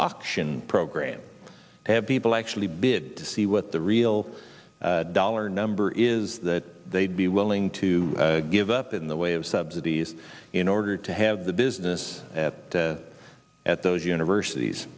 auction program to have people actually bid to see what the real dollar number is that they'd be willing to give up in the way of subsidies in order to have the business at the at those universities